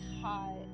hot